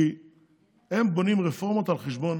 כי הם בונים רפורמות על חשבון